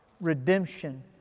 redemption